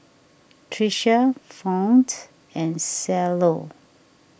Tricia Fount and Cielo